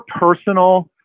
personal